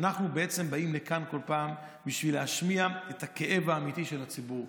שאנחנו בעצם באים לכאן כל פעם בשביל להשמיע את הכאב האמיתי של הציבור.